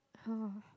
!huh!